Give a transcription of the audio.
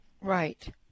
Right